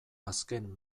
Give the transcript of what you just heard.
azken